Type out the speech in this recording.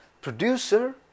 Producer